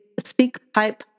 SpeakPipe